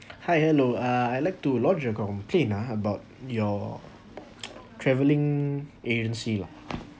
hi hello uh I'd like to lodge a complaint lah about your travelling agency lah